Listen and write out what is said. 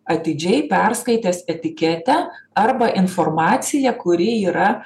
atidžiai perskaitęs etiketę arba informaciją kuri yra